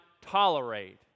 tolerate